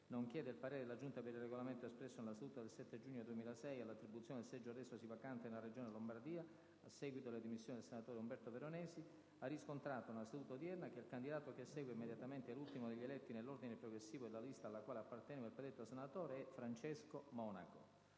nonché del parere della Giunta per il Regolamento espresso nella seduta del 7 giugno 2006, all'attribuzione del seggio resosi vacante nella regione Lombardia, a seguito delle dimissioni del senatore Umberto Veronesi, ha riscontrato, nella seduta odierna, che il candidato che segue immediatamente l'ultimo degli eletti nell'ordine progressivo della lista alla quale apparteneva il predetto senatore è Francesco Monaco.